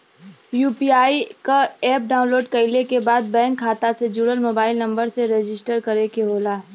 UPI क app download कइले के बाद बैंक खाता से जुड़ल मोबाइल नंबर से रजिस्टर करे के होला